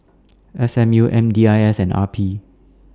S M U M D I S and R P